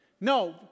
No